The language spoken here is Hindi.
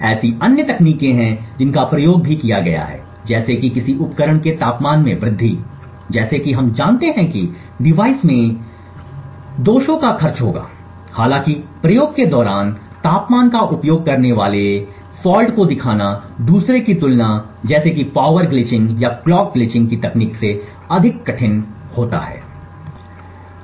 ऐसी अन्य तकनीकें हैं जिनका प्रयोग भी किया गया है जैसे कि किसी उपकरण के तापमान में वृद्धि जैसा कि हम जानते हैं कि डिवाइस में दोषों का खर्च होगा हालांकि प्रयोग के दौरान तापमान का उपयोग करने वाले दोषों को दिखाना दूसरे की तुलना जैसे कि पावर ग्लिचिंग या क्लॉक ग्लिचिंग की तकनीक से अधिक कठिन होता है